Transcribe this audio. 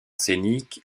scénique